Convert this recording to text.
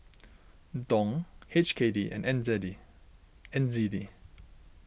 Dong H K D and N Z D N Z D